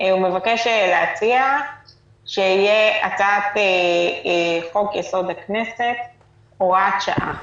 מבקש להציע שיהיה "הצעת חוק יסוד: הכנסת (הוראת שעה)".